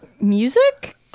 Music